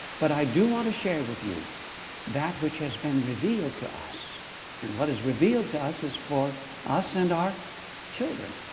but i do want to share with you that, which has been revealed to us and what is revealed to us, is for us and our children.